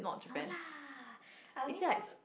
no lah I only know